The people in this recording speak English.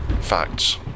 Facts